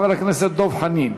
חבר הכנסת דב חנין.